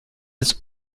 des